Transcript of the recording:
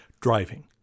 driving